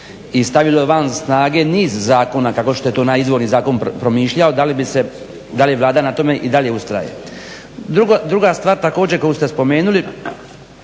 i stavilo van snage niz zakona kao što je to onaj izvorni zakon promišljao da li Vlada na tome i dalje ustraje? Druga stvar također koju ste spomenuli